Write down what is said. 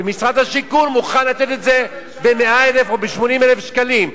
ומשרד השיכון מוכן לתת את זה ב-100,000 או ב-80,000 שקלים,